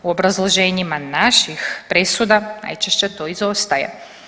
U obrazloženjima naših presuda najčešće to izostaje.